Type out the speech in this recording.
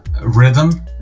rhythm